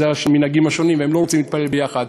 המנהגים שונים והם לא רוצים להתפלל יחד.